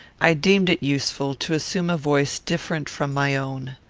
i deemed it useful to assume a voice different from my own.